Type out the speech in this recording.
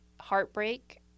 heartbreak